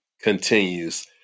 continues